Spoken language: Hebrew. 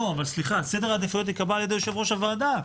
סדר העדיפויות נקבע על-ידי יושב-ראש הוועדה.